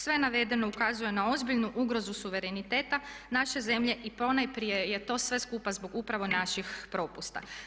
Sve navedeno ukazuje na ozbiljnu ugrozu suvereniteta naše zemlje i ponajprije je to sve skupa zbog upravo naših propusta.